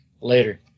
later